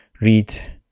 read